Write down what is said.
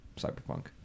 Cyberpunk